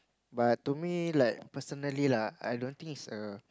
but to me like personally lah I don't think it's a